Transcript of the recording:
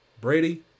Brady